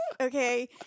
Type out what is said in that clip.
okay